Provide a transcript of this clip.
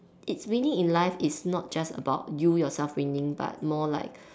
it's really in life it's not just about you yourself winning but more like